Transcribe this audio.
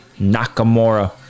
Nakamura